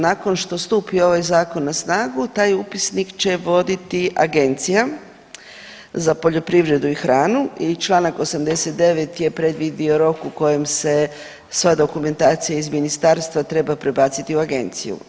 Nakon što stupi ovaj zakon na snagu taj upisnik će voditi Agencija za poljoprivredu i hranu i Članak 89. jer previdio rok u kojem se sva dokumentacija iz ministarstva treba prebaciti u agenciju.